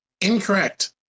incorrect